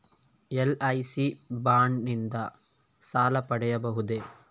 LIC bond ನಿಂದ ಸಾಲ ಪಡೆಯಬಹುದೇ?